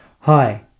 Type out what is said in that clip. Hi